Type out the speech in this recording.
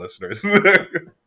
listeners